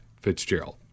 Fitzgerald